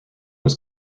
was